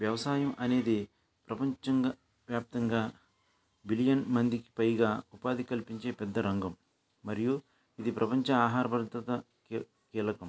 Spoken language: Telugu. వ్యవసాయం అనేది ప్రపంచవ్యాప్తంగా బిలియన్ మందికి పైగా ఉపాధి కల్పించే పెద్ద రంగం మరియు ఇది ప్రపంచ ఆహార భద్రతకి కీలకం